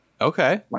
Okay